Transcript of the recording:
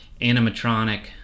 animatronic